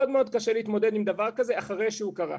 מאוד קשה להתמודד עם דבר כזה אחרי שהוא קרה,